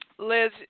Liz